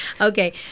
Okay